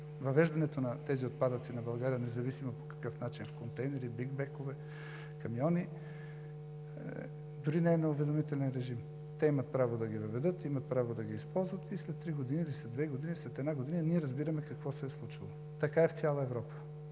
въвеждането на тези отпадъци в България, независимо по какъв начин – в контейнери, в бигбекове, камиони, дори не е на уведомителен режим. Те имат право да ги въведат, имат право да ги използват и след три години ли, след две години ли, след една година разбираме какво се е случило. Така е в цяла Европа.